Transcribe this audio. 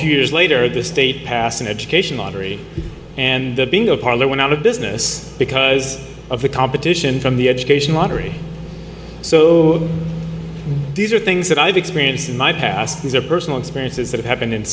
few years later the state passed an education lottery and being a parlor went out of business because of the competition from the education lottery so these are things that i've experienced in my past these are personal experiences that happened in